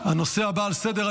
אין נגד, אין נמנעים.